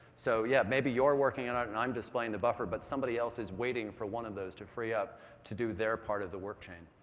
so, yeah, maybe you're working on it and i'm displaying the buffer. but somebody else is waiting for one of those to free up to do their part of the work chain.